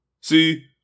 See